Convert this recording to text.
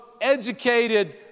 educated